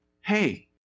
hey